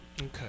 Okay